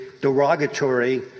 derogatory